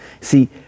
See